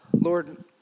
Lord